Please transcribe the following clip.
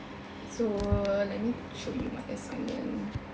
so let me show you my assignment